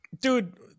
dude